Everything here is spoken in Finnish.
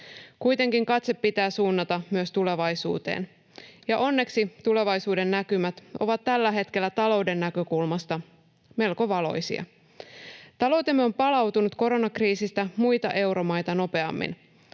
Kuitenkin katse pitää suunnata myös tulevaisuuteen, ja onneksi tulevaisuudennäkymät ovat tällä hetkellä talouden näkökulmasta melko valoisia. Taloutemme on palautunut koronakriisistä muita euromaita nopeammin.